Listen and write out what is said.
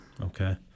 Okay